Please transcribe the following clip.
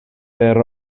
per